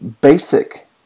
basic